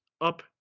up